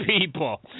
people